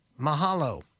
Mahalo